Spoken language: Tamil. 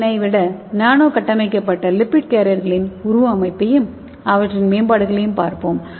என் விட நானோ கட்டமைக்கப்பட்ட லிப்பிட் கேரியர்களின் உருவ அமைப்பையும் அவற்றின் மேம்பாடுகளையும் பார்ப்போம்